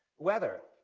weather.